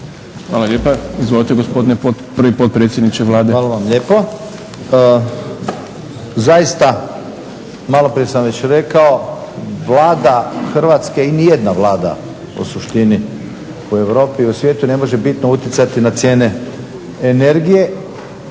Hvala lijepa. Izvolite gospodine prvi potpredsjedniče Vlade. **Čačić, Radimir (HNS)** Hvala vam lijepo. Zaista maloprije sam već rekao, Vlada Hrvatske i nijedna Vlada u suštini u Europi i u svijetu ne može bitno utjecati na cijene energije